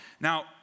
Now